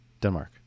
Denmark